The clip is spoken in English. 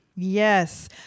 Yes